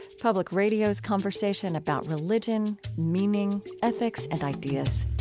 public radio's conversation about religion, meaning, ethics, and ideas.